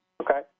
Okay